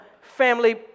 family